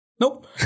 Nope